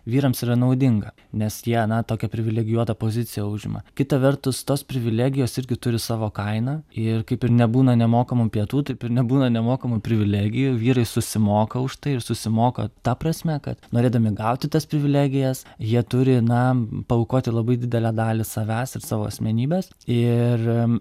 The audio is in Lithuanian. vyrams yra naudinga nes jie na tokią privilegijuotą poziciją užima kita vertus tos privilegijos irgi turi savo kainą ir kaip ir nebūna nemokamų pietų taip ir nebūna nemokamų privilegijų vyrai susimoka už tai ir susimoka ta prasme kad norėdami gauti tas privilegijas jie turi na paaukoti labai didelę dalį savęs ir savo asmenybės ir